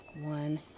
One